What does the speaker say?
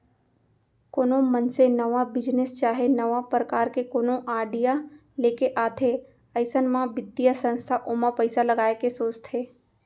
कोनो मनसे नवा बिजनेस चाहे नवा परकार के कोनो आडिया लेके आथे अइसन म बित्तीय संस्था ओमा पइसा लगाय के सोचथे